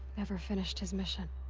never finished his mission.